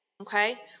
okay